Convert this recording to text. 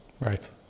Right